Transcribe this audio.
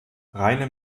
reine